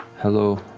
hello.